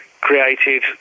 created